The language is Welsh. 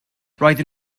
roedden